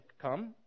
come